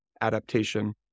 adaptation